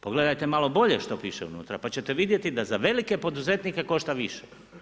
Pogledajte malo bolje što piše unutra pa ćete vidjeti da za velike poduzetnike košta više.